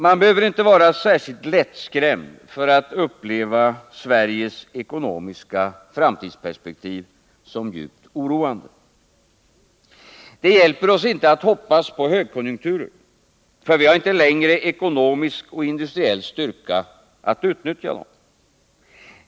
Man behöver inte vara särskilt lättskrämd för att uppleva Sveriges ekonomiska framtidsperspektiv som djupt oroande. Det hjälper oss inte att hoppas på högkonjunkturer — vi har inte längre ekonomisk och industriell styrka att utnyttja dem.